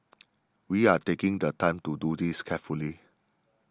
we are taking the time to do this carefully